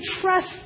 trust